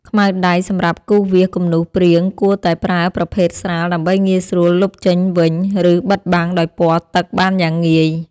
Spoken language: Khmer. ខ្មៅដៃសម្រាប់គូសវាសគំនូសព្រាងគួរតែប្រើប្រភេទស្រាលដើម្បីងាយស្រួលលុបចេញវិញ ឬ បិទបាំងដោយពណ៌ទឹកបានយ៉ាងងាយ។